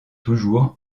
toujours